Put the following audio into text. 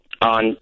On